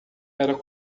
era